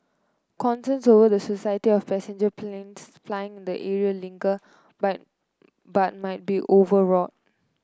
concerns over the society of passenger planes flying in the area linger but but might be overwrought